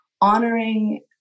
honoring